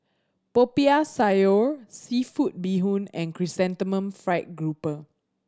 Popiah Sayur seafood bee hoon and Chrysanthemum Fried Grouper